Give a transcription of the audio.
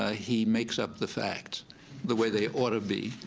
ah he makes up the facts the way they ought to be.